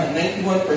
91%